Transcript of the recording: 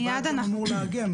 הרלב"ד אמור להגן,